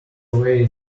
away